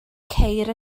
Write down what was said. ceir